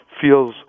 feels